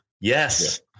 Yes